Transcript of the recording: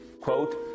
Quote